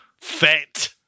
fat